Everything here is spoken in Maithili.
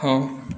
हाँ